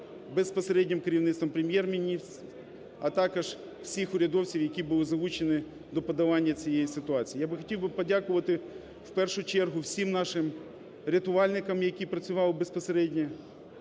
безпосереднім керівництвом Прем'єр-міністра, а також всіх урядовців, які були залучені до подолання цієї ситуації. Я би хотів подякувати в першу чергу всім нашим рятувальникам, які працювали безпосередньо